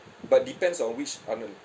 but depends on which arnold